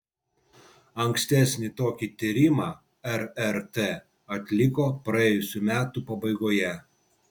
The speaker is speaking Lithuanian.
ankstesnį tokį tyrimą rrt atliko praėjusių metų pabaigoje